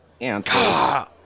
answers